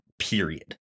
period